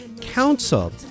Council